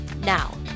Now